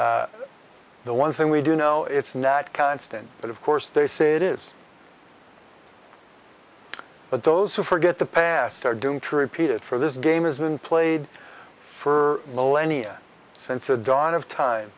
the one thing we do know it's not constant but of course they say it is but those who forget the past are doomed to repeat it for this game has been played for millennia since the dawn of time